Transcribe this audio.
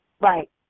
right